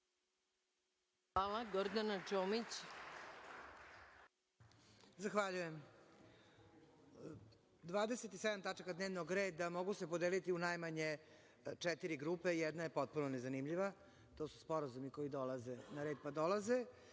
**Gordana Čomić** Zahvaljujem. Dvadeset i sedam tačaka dnevnog reda mogu se podeliti u najmanje četiri grupe, jedna je potpuno nezanimljiva, to su sporazumi koji dolaze na red, pa dolaze. Druga